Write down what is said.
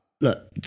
look